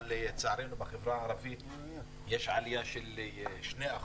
אבל לצערנו בחברה הערבית יש עלייה של 2%,